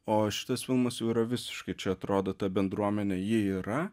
o šitas filmas jau yra visiškai čia atrodo ta bendruomenė ji yra